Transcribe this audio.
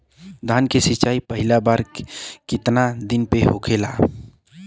धान के सिचाई पहिला बार कितना दिन पे होखेला?